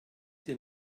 dir